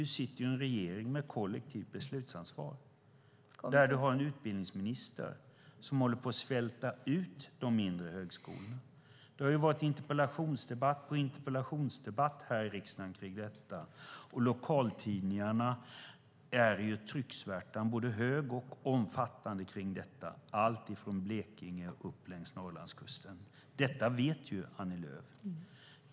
Du sitter dock i en regering med kollektivt beslutsansvar, där du har en utbildningsminister som håller på att svälta ut de mindre högskolorna. Det har varit interpellationsdebatt på interpellationsdebatt här i riksdagen kring detta, och i lokaltidningarna är trycksvärtan både hög och omfattande - från Blekinge och upp längs Norrlandskusten. Detta vet du ju, Annie Lööf.